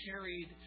carried